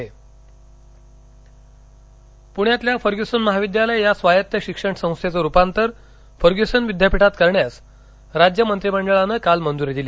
मंत्रिमंडळ निर्णय पूण्यातील फर्म्युसन महाविद्यालय या स्वायत्त शिक्षणसंस्थेचं रुपांतर फर्म्युसन विद्यापीठात करण्यास राज्य मंत्रिमंडळानं काल मंजुरी दिली